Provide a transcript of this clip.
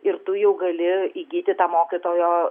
ir tu jau gali įgyti tą mokytojo